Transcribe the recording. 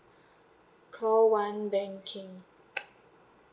call one banking